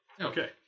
Okay